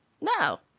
no